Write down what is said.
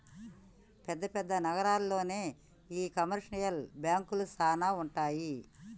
పెద్ద పెద్ద నగరాల్లోనే ఈ కమర్షియల్ బాంకులు సానా ఉంటాయి